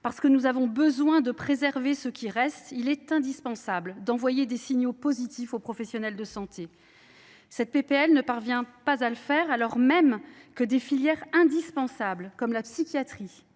praticiens et de préserver ceux qui restent, il est indispensable d’envoyer des signaux positifs aux professionnels de santé. Cette proposition de loi ne parvient pas à le faire, alors même que des filières indispensables, comme la psychiatrie,